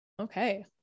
Okay